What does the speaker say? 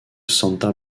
santa